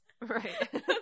Right